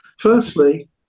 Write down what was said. Firstly